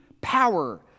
power